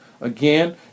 Again